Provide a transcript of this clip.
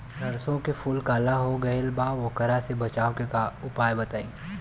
सरसों के फूल काला हो गएल बा वोकरा से बचाव के उपाय बताई?